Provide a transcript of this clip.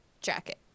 jacket